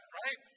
right